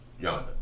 Yonder